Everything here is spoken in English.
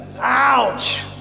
ouch